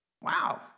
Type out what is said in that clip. Wow